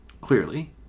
clearly